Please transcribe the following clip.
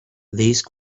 these